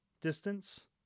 distance